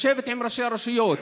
לשבת עם ראשי הרשויות.